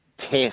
Test